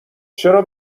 چرا